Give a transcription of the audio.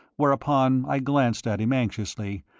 whereupon i glanced at him anxiously,